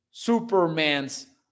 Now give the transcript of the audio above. superman's